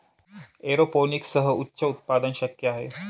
एरोपोनिक्ससह उच्च उत्पादन शक्य आहे